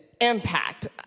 impact